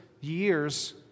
years